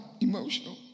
emotional